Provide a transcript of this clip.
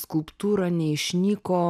skulptūra neišnyko